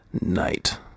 Night